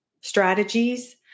strategies